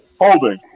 holding